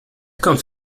comes